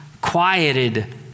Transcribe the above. quieted